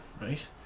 right